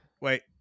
wait